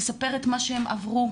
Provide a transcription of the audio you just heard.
לספר את מה שהם עברו.